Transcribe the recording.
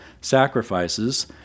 sacrifices